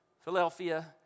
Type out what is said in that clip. Philadelphia